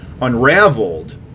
unraveled